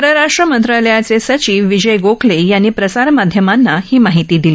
परराष्ट्र मंत्रालयाचे सचिव विजय गोखले यांनी प्रसारमाध्यमांना ही माहिती दिली